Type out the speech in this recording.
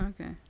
okay